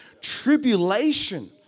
Tribulation